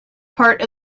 part